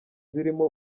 zirimo